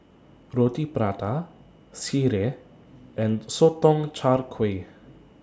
Roti Prata Sireh and Sotong Char Kway